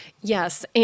Yes